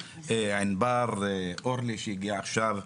ענבר, אורלי שהגיעה עכשיו,